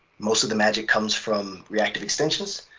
most of the magic comes from reactive extensions.